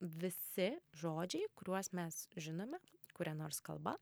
visi žodžiai kuriuos mes žinome kuria nors kalba